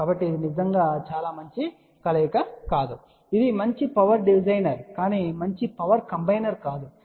కాబట్టి ఇది నిజంగా చాలా మంచి కలయిక కాదు ఇది మంచి పవర్ డివైడర్ కాని మంచి పవర్ కంబైనర్ కాదు